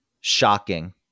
shocking